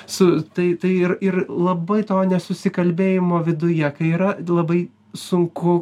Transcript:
su tai ir ir labai to nesusikalbėjimo viduje kai yra labai sunku